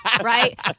right